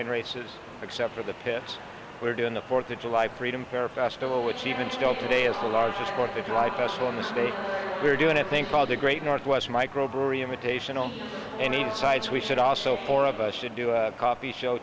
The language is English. plane races except for the pits we're doing the fourth of july freedom fair festival which even still today is the largest fourth of july festival in the state we're doing a thing called the great northwest microbrewery imitation on any sides we should also four of us should do a coffee show